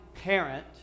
parent